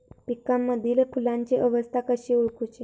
पिकांमदिल फुलांची अवस्था कशी ओळखुची?